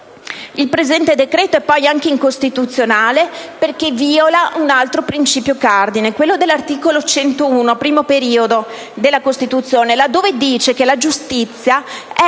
Il presente decreto-legge, poi, è anche incostituzionale, perché viola un altro principio cardine: quello sancito dall'articolo 101, primo periodo, della Costituzione, laddove recita: «La giustizia è